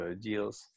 deals